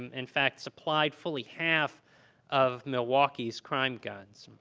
in fact, supplied fully half of milwaukee's crime guns.